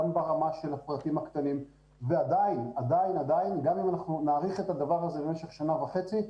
גם ברמה של הפרטים הקטנים ועדיין גם אם נאריך את הדבר הזה משך שנה וחצי,